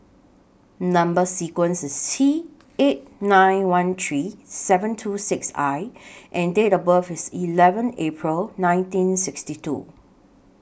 Number sequence IS T eight nine one three seven two six I and Date of birth IS eleven April nineteen sixty two